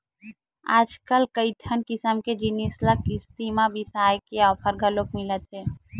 आजकल कइठन किसम के जिनिस ल किस्ती म बिसाए के ऑफर घलो मिलत हे